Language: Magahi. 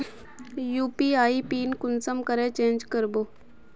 यु.पी.आई पिन कुंसम करे चेंज करबो?